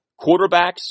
quarterbacks